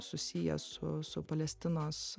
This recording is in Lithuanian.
susiję su su palestinos